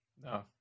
No